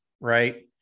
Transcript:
right